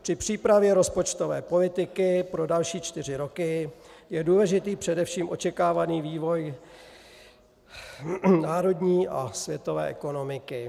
Při přípravě rozpočtové politiky pro další čtyři roky je důležitý především očekávaný vývoj národní a světové ekonomiky.